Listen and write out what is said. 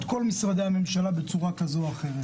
בכל משרדי הממשלה בצורה כזו או אחרת.